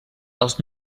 els